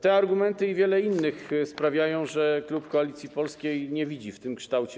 Te argumenty i wiele innych sprawiają, że klub Koalicji Polskiej nie widzi w tym kształcie.